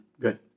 good